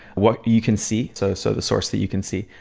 what you can see, so so the source that you can see,